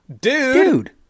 Dude